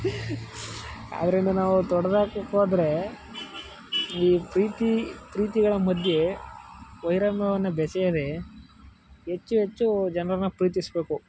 ಆದ್ದರಿಂದ ನಾವು ತೊಡೆದು ಹಾಕ್ಬೇಕು ಅಂದರೆ ಈ ಪ್ರೀತಿ ಪ್ರೀತಿಗಳ ಮಧ್ಯ ವೈರತ್ವವನ್ನ ಬೆಸೆಯದೇ ಹೆಚ್ಚು ಹೆಚ್ಚು ಜನರನ್ನು ಪ್ರೀತಿಸಬೇಕು